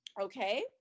Okay